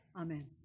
Amen